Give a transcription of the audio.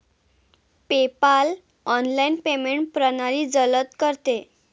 PayPal online payment प्रणाली जलद करते